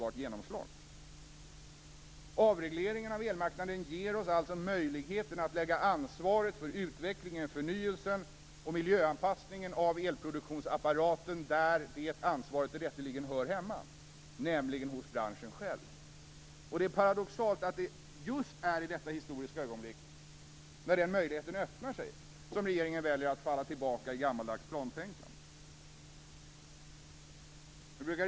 Avregleringen av elmarknaden ger oss alltså möjligheten att lägga ansvaret för utvecklingen, förnyelsen och miljöanpassningen av elproduktionsapparaten där det ansvaret rätteligen hör hemma, nämligen hos branschen själv. Det är paradoxalt att regeringen väljer att falla tillbaka i gammaldags plantänkande just i detta historiska ögonblick - när den här möjligheten öppnar sig.